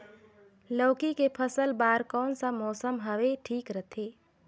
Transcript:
लौकी के फसल बार कोन सा मौसम हवे ठीक रथे?